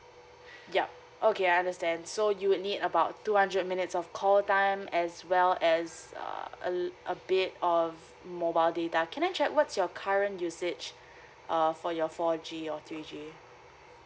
yup okay I understand so you would need about two hundred minutes of call time as well as err a li~ a bit of mobile data can I check what's your current usage err for your four G or three G